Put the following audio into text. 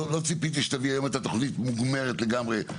לא ציפיתי שתביאו היום את התוכנית מוגמרת לגמרי.